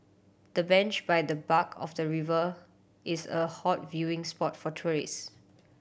the bench by the bark of the river is a hot viewing spot for tourists